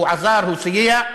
הוא עזר, הוא סייע.